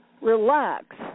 Relax